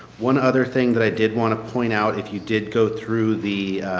one other thing that i did want to point out, if you did go through the